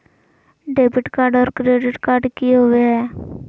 Debit card और credit card की होवे हय?